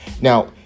Now